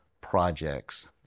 projects